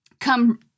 come